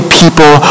people